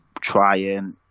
trying